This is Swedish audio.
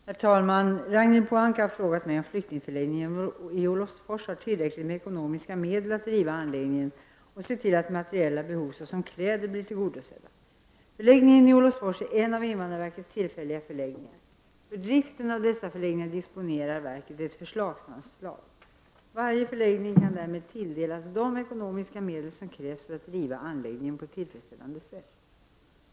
Herr talman! Ragnhild Pohanka har frågat mig om flyktingförläggningen i Olofsfors har tillräckliga ekonomiska medel till att driva anläggningen och se till att materiella behov såsom kläder blir tillgodosedda. Förläggningen i Olofsfors är en av invandrarverkets tillfälliga förläggningar. För driften av dessa förläggningar disponerar verket ett förslagsanslag. Varje förläggning kan därmed tilldelas de ekonomiska medel som krävs för att driva anläggningen på ett tillfredsställande sätt.